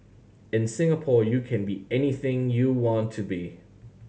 in Singapore you can be anything you want to be